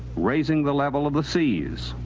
raising the level of the seas.